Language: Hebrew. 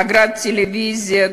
אגרת טלוויזיה,